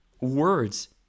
words